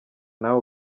nawe